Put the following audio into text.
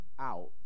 out